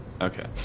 Okay